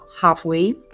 halfway